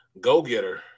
go-getter